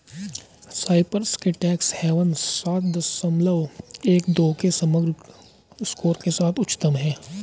Cyprus के tax havens सात दशमलव एक दो के समग्र स्कोर के साथ उच्चतम हैं